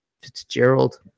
Fitzgerald